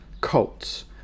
cults